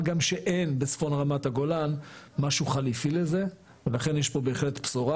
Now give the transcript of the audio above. מה גם שאין בצפון רמת הגולן משהו חליפי לזה ולכן יש פה בהחלט בשורה,